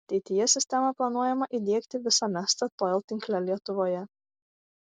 ateityje sistemą planuojama įdiegti visame statoil tinkle lietuvoje